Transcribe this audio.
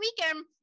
weekend